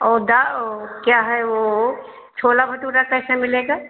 और ड़ा और क्या है वह छोला भटूरा कैसे मिलेगा